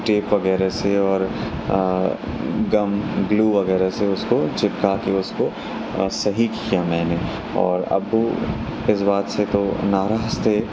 tape وغیرہ سے اور گم گِلو وغیرہ سے اُس کو چپکا کے اُس کو صحیح کیا میں نے اور ابو اِس بات سے تو ناراض تھے